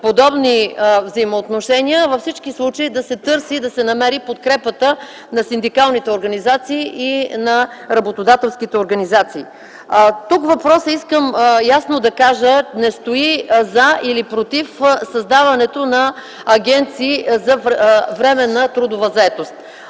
подобни взаимоотношения, във всички случаи да се търси и да се намери подкрепата на синдикалните организации и на работодателските организации. Искам ясно да кажа, че тук въпросът не стои за или против създаването на агенции за временна трудова заетост.